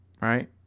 right